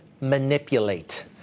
manipulate